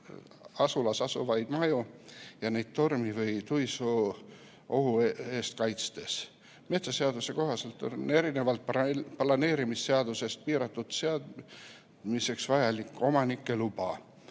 asulas asuvaid maju, neid tormi‑ või tuisuohu eest kaitstes. Metsaseaduse kohaselt on erinevalt planeerimisseadusest piirangu seadmiseks vajalik omanike luba.